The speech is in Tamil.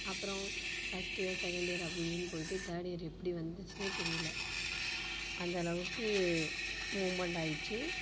அப்புறம் ஃபர்ஸ்ட் இயர் செகண்ட் இயர் அப்படின் போயிட்டு தேர்ட் இயர் எப்படி வந்துச்சுனே தெரியல அந்த அளவுக்கு மூமண்ட்டாயிச்சு